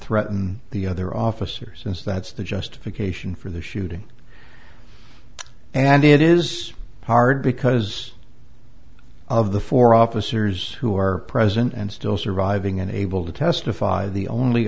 threaten the other officers since that's the justification for the shooting and it is hard because of the four officers who are present and still surviving and able to testify the only